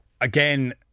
Again